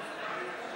ההסתייגות לחלופין של